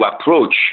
approach